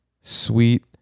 sweet